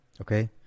okay